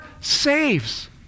saves